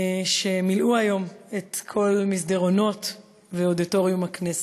שמילאו היום את כל המסדרונות ואת אודיטוריום הכנסת.